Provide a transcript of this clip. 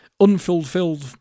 unfulfilled